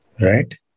right